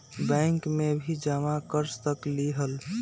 Bank में भी जमा कर सकलीहल?